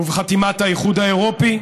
ובחתימת האיחוד האירופי,